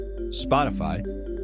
Spotify